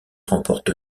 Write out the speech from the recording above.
remporte